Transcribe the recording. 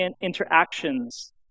interactions